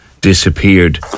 disappeared